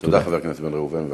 תודה, חבר הכנסת בן ראובן.